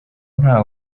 nta